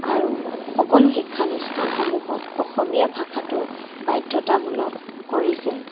আৰু সকলো শিক্ষানুষ্ঠানসমূহত অসমীয়া ভাষাটো বাধ্যতামূলক কৰিছে